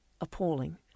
appalling